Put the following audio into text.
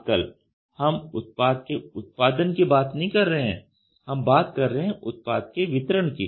आजकल हम उत्पाद के उत्पादन की बात नहीं कर रहे हैं हम बात कर रहे हैं उत्पाद के वितरण की